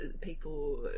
people